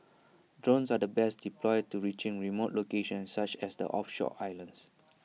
drones are the best deployed to reaching remote locations such as the offshore islands